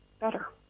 better